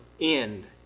end